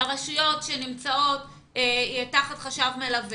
לרשויות שנמצאות תחת חשב מלווה,